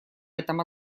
этом